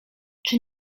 czy